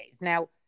Now